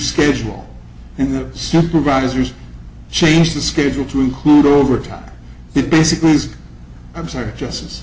schedule and the supervisors change the schedule to include overtime it basically is absurd justice